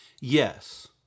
Yes